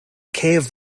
cave